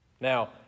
Now